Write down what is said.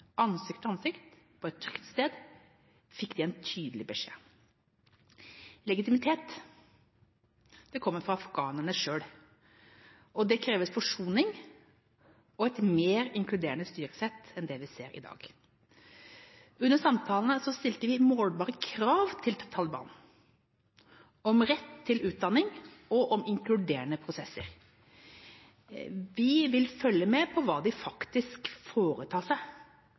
Ansikt til ansikt på et trygt sted fikk de en tydelig beskjed. Legitimitet kommer fra afghanerne selv. Det krever forsoning og et mer inkluderende styresett enn det vi ser i dag. Under samtalene stilte vi målbare krav til Taliban om rett til utdanning og om inkluderende prosesser. Vi vil følge med på hva de faktisk foretar seg.